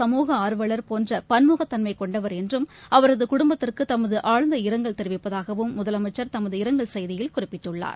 சமூக போன்றபன்முகத் தன்மைகொண்டவர் என்றும் அவரதுகுடும்பத்திற்குதமதுஆழ்ந்த இரங்கல் ஆர்வலர் தெரிவிப்பதாகவும் முதலமைச்சர் தமது இரங்கல் செய்தியில் குறிப்பிட்டுள்ளார்